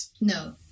No